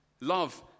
love